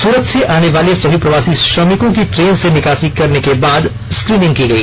सूरत से आने वाले सभी प्रवासी श्रमिकों की ट्रेन से निकासी करने के बाद स्क्रीनिंग की गई